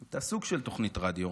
אתה בסוג של תוכנית רדיו,